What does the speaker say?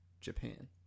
Japan